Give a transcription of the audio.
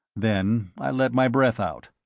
then i let my breath out.